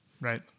Right